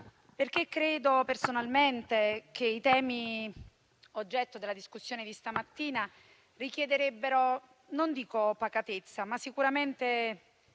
dire. Credo personalmente che i temi oggetto della discussione odierna richiederebbero non dico pacatezza, ma sicuramente,